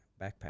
backpack